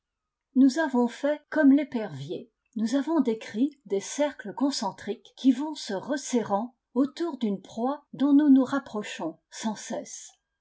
nous avons fait comme l'épervier nous avons décrit des cercles concentriques qui vont se resserrant autour d'une proie dont nous nous rapprochons sans cesse